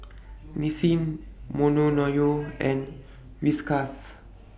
Nissin and Whiskas